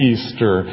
Easter